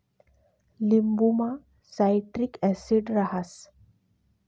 लिंबुमा citric acid रहास